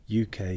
UK